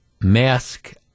mask